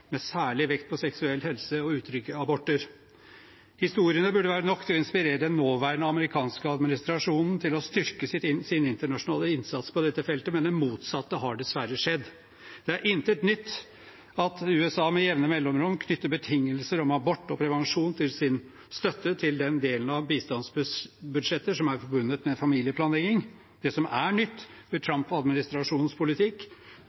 med særlig vekt på seksuell helse og utrygge aborter. Historiene burde være nok til å inspirere den nåværende amerikanske administrasjonen til å styrke sin internasjonale innsats på dette feltet, men det motsatte har dessverre skjedd. Det er intet nytt at USA med jevne mellomrom knytter betingelser om abort og prevensjon til sin støtte til den delen av bistandsbudsjettet som er forbundet med familieplanlegging. Det som er nytt